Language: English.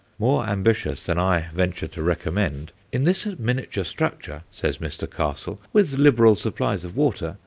more ambitious than i venture to recommend, in this miniature structure, says mr. castle, with liberal supplies of water,